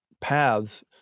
paths